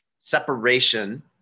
separation